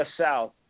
south